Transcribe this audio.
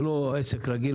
זה לא עסק רגיל.